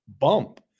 bump